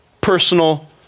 personal